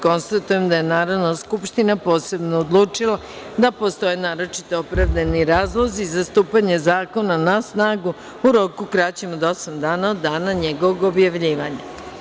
Konstatujem da je Narodna skupština posebno odlučila da postoje naročito opravdani razlozi za stupanje zakona na snagu u roku kraćem od osam dana od dana njegovog objavljivanja.